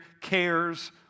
cares